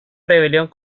rebelión